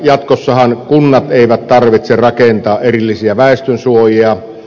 jatkossahan kuntien ei tarvitse rakentaa erillisiä väestönsuojia